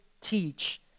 teach